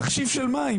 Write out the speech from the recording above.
תחשיב של מים,